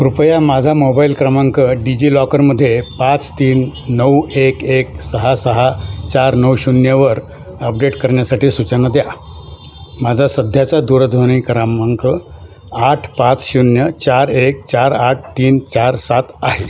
कृपया माझा मोबाइल क्रमांक डिजिलॉकरमध्ये पाच तीन नऊ एक एक सहा सहा चार नऊ शून्यवर अपडेट करण्यासाठी सूचना द्या माझा सध्याचा दूरध्वनी क्रमांक आठ पाच शून्य चार एक चार आठ तीन चार सात आहे